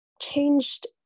changed